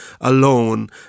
alone